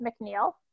McNeil